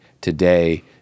today